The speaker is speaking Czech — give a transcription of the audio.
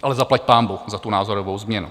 Ale zaplaťpánbůh za tu názorovou změnu!